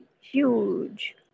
huge